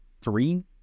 three